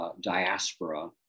diaspora